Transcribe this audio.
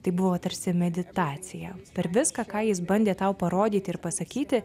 tai buvo tarsi meditacija per viską ką jis bandė tau parodyti ir pasakyti